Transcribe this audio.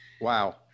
Wow